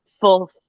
full